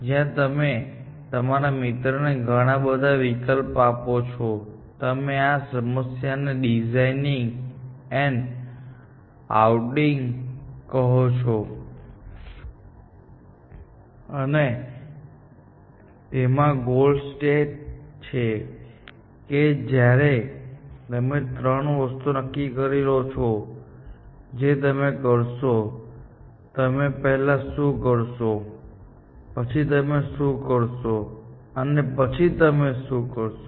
જ્યાં તમે તમારા મિત્રને ઘણા બધા વિકલ્પો આપો છો તમે આ સમસ્યાને ડિઝાઇનિંગ એન્ડ ઓઉટિંગ કહો છો અને તેમાં ગોલ સ્ટેટ એ છે કે જ્યારે તમે ત્રણ વસ્તુઓ નક્કી કરી લો છો જે તમે કરશો તમે પહેલા શું કરશો પછી તમે શું કરશો અને પછી તમે શું કરશો